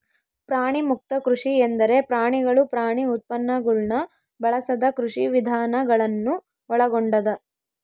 ಪ್ರಾಣಿಮುಕ್ತ ಕೃಷಿ ಎಂದರೆ ಪ್ರಾಣಿಗಳು ಪ್ರಾಣಿ ಉತ್ಪನ್ನಗುಳ್ನ ಬಳಸದ ಕೃಷಿವಿಧಾನ ಗಳನ್ನು ಒಳಗೊಂಡದ